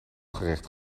gerecht